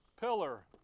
pillar